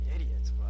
idiots